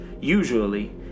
usually